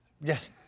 Yes